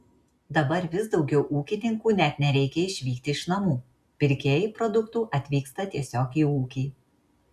dabar vis daugiau ūkininkų net nereikia išvykti iš namų pirkėjai produktų atvyksta tiesiog į ūkį